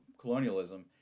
colonialism